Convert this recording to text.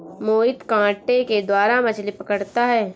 मोहित कांटे के द्वारा मछ्ली पकड़ता है